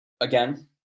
Again